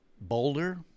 Boulder